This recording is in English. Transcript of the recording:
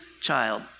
child